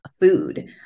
food